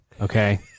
Okay